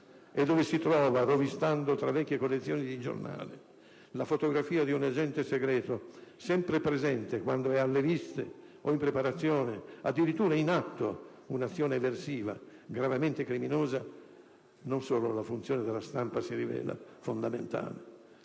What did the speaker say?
e dove, rovistando tra vecchie collezione di giornali, si trova la fotografia di un agente segreto sempre presente quando è alle viste o in preparazione o addirittura in atto un'azione eversiva gravemente criminosa, la funzione della stampa si riveli fondamentale.